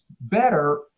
better